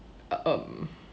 um